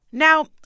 Now